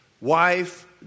wife